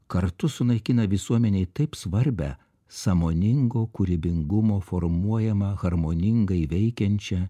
kartu sunaikina visuomenei taip svarbią sąmoningo kūrybingumo formuojamą harmoningai veikiančią